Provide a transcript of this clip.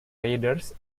raiders